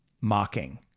mocking